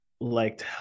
liked